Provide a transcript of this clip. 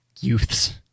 Youths